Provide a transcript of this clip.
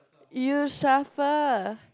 you shuffle